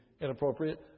inappropriate